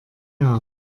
jahren